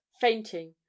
fainting